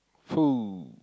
full